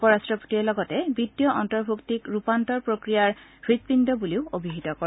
উপ ৰাট্টপতিয়ে লগতে বিতীয় অন্তৰ্ভুক্তিক ৰূপান্তৰ প্ৰক্ৰিয়াৰ হৃদপিণ্ড বুলিও অভিহিত কৰে